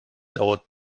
dauert